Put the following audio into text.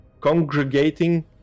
congregating